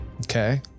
Okay